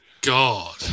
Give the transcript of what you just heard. God